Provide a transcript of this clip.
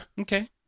Okay